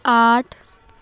आठ